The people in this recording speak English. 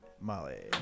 Molly